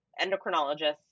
endocrinologists